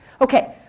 Okay